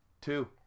Two